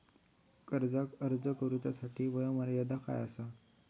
कर्जाक अर्ज करुच्यासाठी वयोमर्यादा काय आसा?